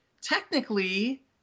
technically